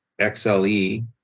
XLE